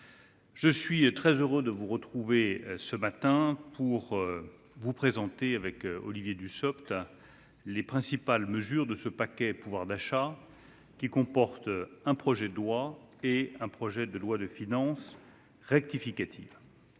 je suis très heureux de vous retrouver ce matin pour vous présenter avec Olivier Dussopt les principales mesures de ce paquet pouvoir d'achat, qui comporte un projet de loi et un projet de loi de finances rectificative.